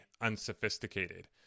unsophisticated